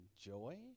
joy